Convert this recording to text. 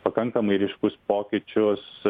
pakankamai ryškus pokyčius